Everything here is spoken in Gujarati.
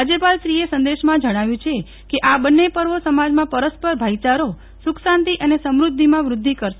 રાજ્યપાલશ્રીએ સંદેશમાં જણાવ્યું છે કે આ બન્ને પર્વો સમાજમાં પરસ્પર ભાઇચારો સુખશાંતિ અને સમૂદ્ધિમાં વૂદ્ધિ કરશે